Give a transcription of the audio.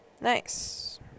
Nice